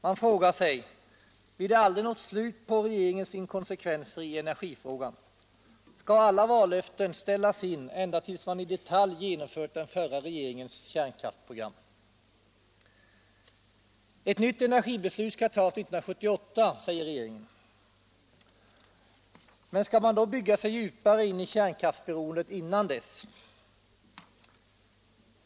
Man frågar sig: Blir det aldrig något slut på regeringens inkonsekvenser i energifrågan? Skall alla vallöften ställas in ända tills man i detalj genomfört den förra regeringens kärnkraftsprogram? Ett nytt energibeslut skall tas 1978, säger regeringen. Men skall man då bygga sig djupare in i kärnkraftsberoendet innan dess?